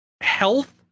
health